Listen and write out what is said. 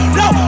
no